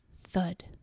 Thud